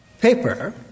paper